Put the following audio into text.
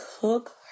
cook